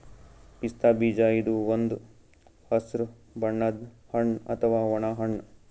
ಪಿಸ್ತಾ ಬೀಜ ಇದು ಒಂದ್ ಹಸ್ರ್ ಬಣ್ಣದ್ ಹಣ್ಣ್ ಅಥವಾ ಒಣ ಹಣ್ಣ್